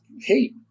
hey